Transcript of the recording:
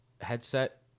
headset